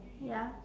ya